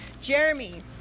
Jeremy